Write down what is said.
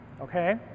Okay